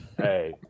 Hey